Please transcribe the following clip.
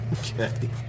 Okay